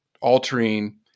altering